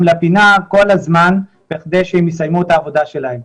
לפינה כל הזמן בכדי שהם יסיימו את העבודה שלהם.